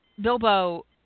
Bilbo